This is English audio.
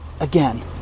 again